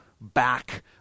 back